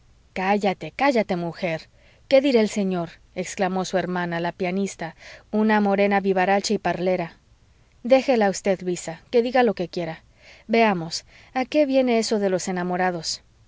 cállate cállate mujer qué dirá el señor exclamó su hermana la pianista una morena vivaracha y parlera déjela usted luisa que diga lo que quiera veamos a qué viene eso de los enamorados